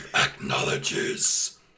acknowledges